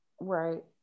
Right